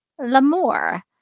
Lamour